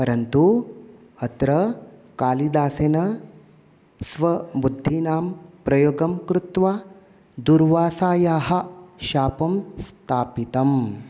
परन्तु अत्र कालिदासेन स्वबुद्धिनां प्रयोगं कृत्वा दुर्वासस्य शापं स्थापितम्